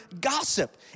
gossip